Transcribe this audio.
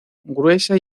gruesa